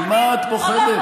ממה את פוחדת?